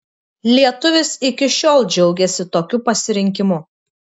lietuvis iki šiol džiaugiasi tokiu pasirinkimu